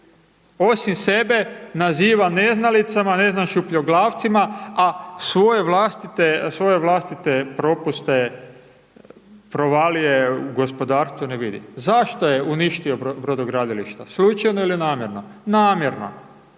osim sebe naziva neznalicama, ne znam šupljoglavcima, a svoje vlastite, svoje vlastite propuste provalije u gospodarstvu ne vidi. Zašto je uništio brodogradilišta, slučajno ili namjerno? Namjerno.